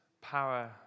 power